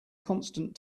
constant